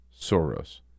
Soros